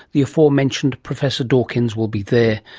the aforementioned professor dawkins will be there,